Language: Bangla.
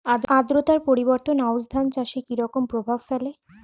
আদ্রতা পরিবর্তন আউশ ধান চাষে কি রকম প্রভাব ফেলে?